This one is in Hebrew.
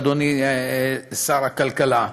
אדוני שר הכלכלה.